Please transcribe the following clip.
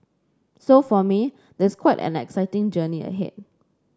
so for me there's quite an exciting journey ahead